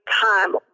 time